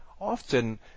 Often